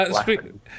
Speaking